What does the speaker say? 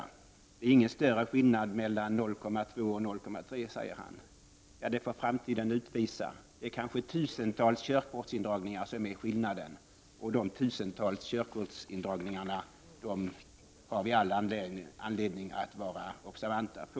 Det är ingen större skillnad mellan 0,2 och 0,3, säger han. Ja, det får framtiden utvisa. Det är kanske tusentals körkortsindragningar som är skillnaden, och de tusentals körkortsindragningarna har vi all anledning att vara observanta på.